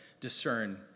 discern